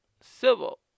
Civil